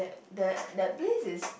the the place is